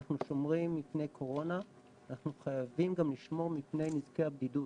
אנחנו שומרים מפני קורונה ואנחנו חייבים גם לשמור מפני נזקי הבדידות